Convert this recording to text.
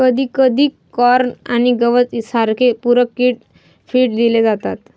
कधीकधी कॉर्न आणि गवत सारखे पूरक फीड दिले जातात